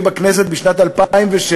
אני בכנסת משנת 2006,